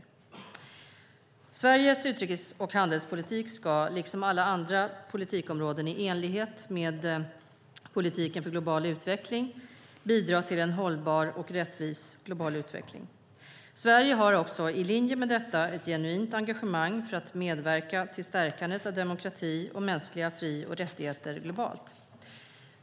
Sveriges utrikes och handelspolitik ska, liksom alla andra politikområden, i enlighet med politiken för global utveckling bidra till en hållbar och rättvis global utveckling. Sverige har också, i linje med detta, ett genuint engagemang för att medverka till stärkandet av demokrati och mänskliga fri och rättigheter globalt.